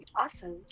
Awesome